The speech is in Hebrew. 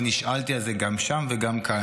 ונשאלתי על זה גם שם וגם כאן.